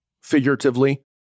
figuratively